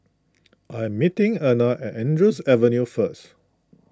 I am meeting Erna at Andrews Avenue first